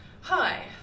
Hi